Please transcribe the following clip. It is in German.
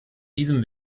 diesem